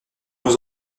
nous